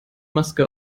maske